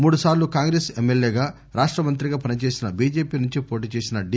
మూడు సార్లు కాంగ్రెస్ ఎమ్మెల్యేగా రాష్ట మంత్రిగా పని చేసి బీజేపీ నుంచి పోటీ చేసిన డి